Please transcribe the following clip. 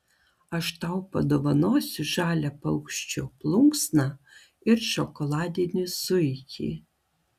aš tau padovanosiu žalią paukščio plunksną ir šokoladinį zuikį